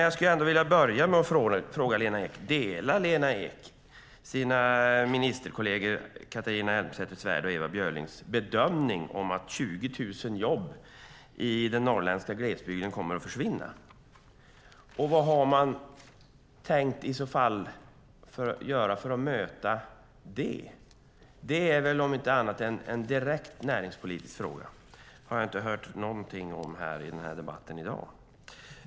Jag vill ändå börja med att fråga Lena Ek om hon delar sina ministerkolleger Catharina Elmsäter-Swärds och Ewa Björlings bedömning att 20 000 jobb i den norrländska glesbygden kommer att försvinna. Vad har man i så fall tänkt göra för att möta det? Det är väl om inte annat en direkt näringspolitisk fråga, men det har jag inte hört någonting om i debatten i dag.